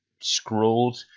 scrolled